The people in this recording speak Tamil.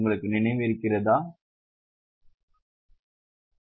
உங்களுக்கு நினைவிருக்கிறதா